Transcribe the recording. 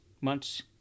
months